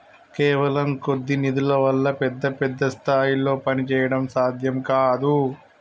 కేవలం కొద్ది నిధుల వల్ల పెద్ద పెద్ద స్థాయిల్లో పనిచేయడం సాధ్యం కాదు